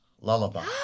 lullaby